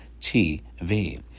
TV